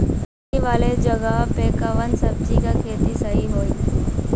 नामी वाले जगह पे कवन सब्जी के खेती सही होई?